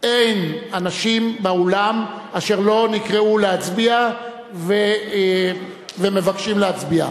אין אנשים באולם אשר לא נקראו להצביע ומבקשים להצביע.